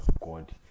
God